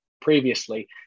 previously